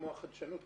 כמו החדשנות,